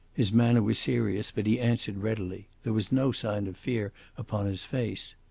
his manner was serious, but he answered readily. there was no sign of fear upon his face.